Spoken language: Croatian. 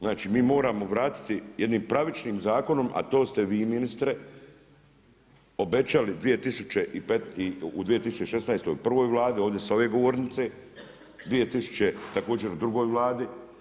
Znači mi moramo vratiti jednim pravičnim zakonom, a to ste vi ministre obećali u 2016. u prvoj Vladi ovdje s ove govornice, 2000. također u drugoj Vladi.